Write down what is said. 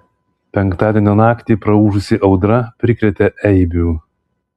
penktadienio naktį praūžusi audra prikrėtė eibių